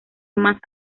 más